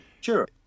Sure